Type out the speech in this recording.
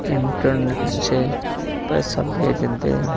internet से पैसा भेज दें